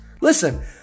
listen